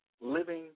living